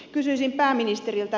kysyisin pääministeriltä